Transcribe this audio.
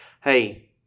hey